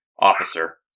officer